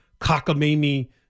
cockamamie